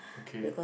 okay